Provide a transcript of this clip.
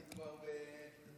אני כבר בוורטיגו.